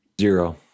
Zero